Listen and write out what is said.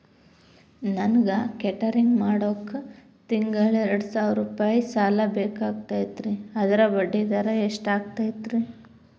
ನನಗ ಕೇಟರಿಂಗ್ ಮಾಡಾಕ್ ತಿಂಗಳಾ ಎರಡು ಸಾವಿರ ರೂಪಾಯಿ ಸಾಲ ಬೇಕಾಗೈತರಿ ಅದರ ಬಡ್ಡಿ ಎಷ್ಟ ಆಗತೈತ್ರಿ?